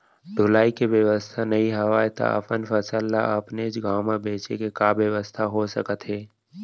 ढुलाई के बेवस्था नई हवय ता अपन फसल ला अपनेच गांव मा बेचे के का बेवस्था हो सकत हे?